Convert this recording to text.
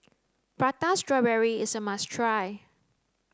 prata strawberry is a must try